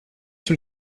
sous